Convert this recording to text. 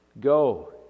Go